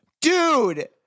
Dude